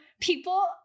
people